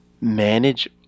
manage